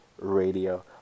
Radio